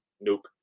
Nope